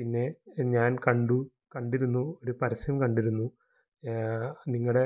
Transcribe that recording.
പിന്നെ ഞാൻ കണ്ടു കണ്ടിരുന്നു ഒരു പരസ്യം കണ്ടിരുന്നു നിങ്ങളുടെ